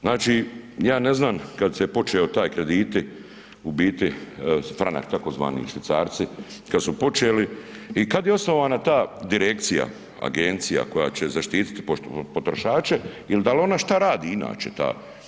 Znači ja ne znam kad se počeo taj krediti u biti Franak tzv. Švicarci, kad su počeli i kad je osnovana ta direkcija, agencija koja će zaštiti potrošače i dal ona šta radi inače ta?